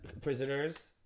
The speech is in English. Prisoners